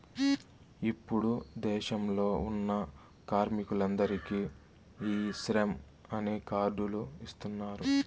ఇప్పుడు దేశంలో ఉన్న కార్మికులందరికీ ఈ శ్రమ్ అనే కార్డ్ లు ఇస్తున్నారు